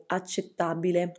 accettabile